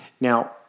Now